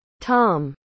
Tom